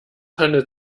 handelt